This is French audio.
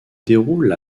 déroule